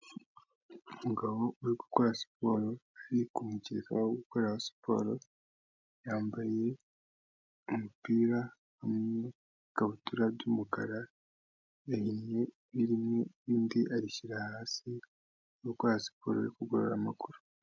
Umugabo uri gukora siporo ari kumukeka wo gukoreraho siporo, yambaye umupira hamwe n'ikabutura y'umukara, yahinnye ivi rimwe irindi arishyira hasi, akaba ari gukora siporo yo kugorora amaguru.